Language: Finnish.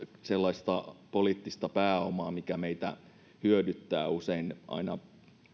sellaista poliittista pääomaa mikä meitä hyödyttää usein aina